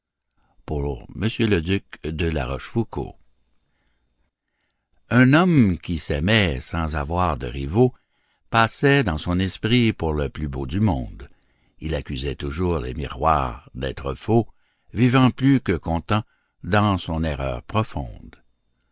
un homme qui s'aimait sans avoir de rivaux passait dans son esprit pour le plus beau du monde il accusait toujours les miroirs d'être faux vivant plus que content dans son erreur profonde